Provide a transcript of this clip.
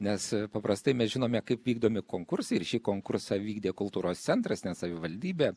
nes paprastai mes žinome kaip vykdomi konkursai ir šį konkursą vykdė kultūros centras savivaldybė